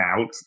out